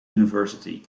university